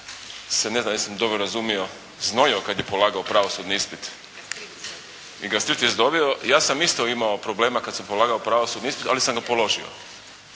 se ne znam jesam li dobro razumio znojio kad je polagao pravosudni ispit i gastritis dobio. Ja sam isto imao problema kad sam polagao pravosudni ispit, ali sam ga položio.